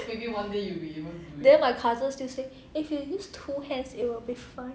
then my cousin still say if you use two hands it will be fine